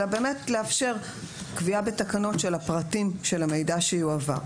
אלא לאפשר קביעה בתקנות של הפרטים של המידע שיועבר.